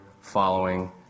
following